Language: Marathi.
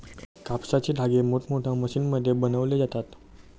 कापसाचे धागे मोठमोठ्या मशीनमध्ये बनवले जातात